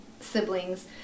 siblings